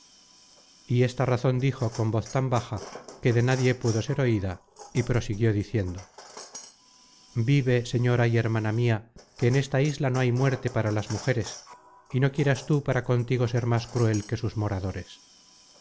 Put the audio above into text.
y esta razon dijo con voz tan baja que de nadie pudo ser oida y prosiguió diciendo vive señora y hermana mia que en esta isla no hay muerte para las mujeres y no quieras tú para contigo ser niás cruel que sus moradores